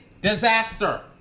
disaster